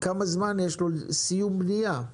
כמה זמן יש לו לסיום בנייה.